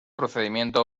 procedimiento